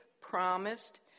promised